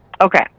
Okay